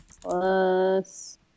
plus